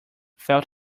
felt